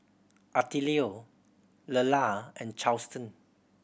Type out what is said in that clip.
Attilio Lelah and Charlton